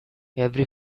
every